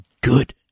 good